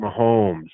Mahomes